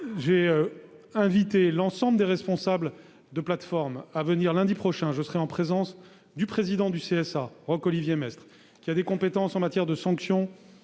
j'ai invité l'ensemble des responsables de plateforme à venir me rencontrer lundi prochain, en présence du président du CSA, Roch-Olivier Maistre, qui a des compétences en matière de sanction